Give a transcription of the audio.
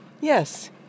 Yes